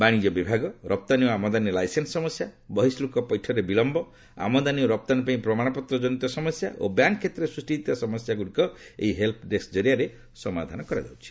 ବାଣିଜ ବିଭାଗ ରପ୍ତାନୀ ଓ ଆମଦାନୀ ଲାଇସେନ୍ସ ସମସ୍ୟା ବହିଃଶୁକ୍ଷ ପୈଠରେ ବିଳୟ ଆମଦାନୀ ଓ ରପ୍ତାନୀ ପାଇଁ ପ୍ରମାଣପତ୍ର ଜନିତ ସମସ୍ୟା ଓ ବ୍ୟାଙ୍କ୍ କ୍ଷେତ୍ରରେ ସୃଷ୍ଟି ହୋଇଥିବା ସମସ୍ୟାଗୁଡ଼ିକ ଏହି ହେଲପ୍ ଡେସ୍କ ଜରିଆରେ ସମାଧାନ କରାଯାଉଛି